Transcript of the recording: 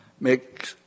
Make